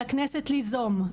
על הכנסת ליזום,